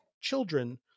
children